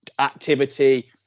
activity